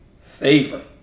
Favor